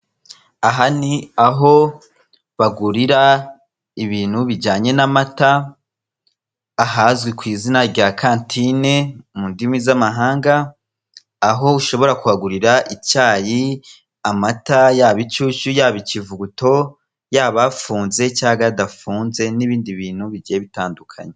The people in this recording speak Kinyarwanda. Aha ni aho bagurira ibintu bijyanye n'amata, ahazwi ku izina rya Canteen, mu ndimi z'amahanga, aho ushobora kuhagurira icyayi, amata ( yaba inshyushyu cyangwa ikivuguto, yaba afunze cyanga adafunze), n'ibindi bintu bigiye bitandukanye.